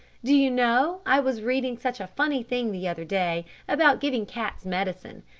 do you know, i was reading such a funny thing the other day about giving cats medicine.